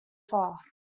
far